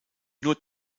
nur